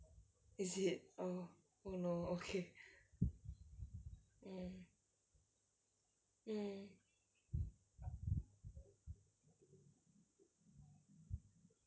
mm